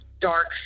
dark